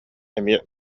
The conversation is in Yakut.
эмиэ